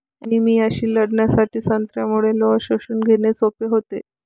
अनिमियाशी लढण्यासाठी संत्र्यामुळे लोह शोषून घेणे सोपे होते